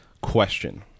question